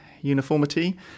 uniformity